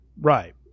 Right